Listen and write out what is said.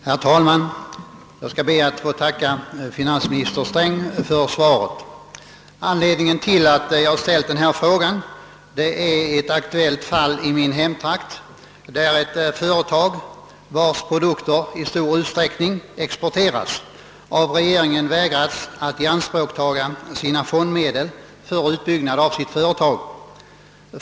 Herr talman! Jag ber att få tacka finansminister Sträng för svaret. Anledningen till att jag ställde denna fråga är ett aktuellt fall i min hemtrakt där ett företag, vars produkter i stor utsträckning exporteras, av regeringen vägrats att få ta i anspråk sina fondmedel för utbyggnad av verksamheten.